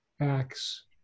acts